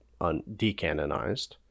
decanonized